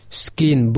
skin